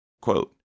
Quote